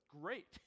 great